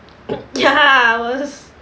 ya I was